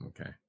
Okay